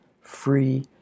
free